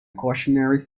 cautionary